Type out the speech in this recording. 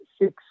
six